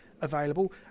available